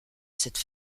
cette